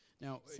now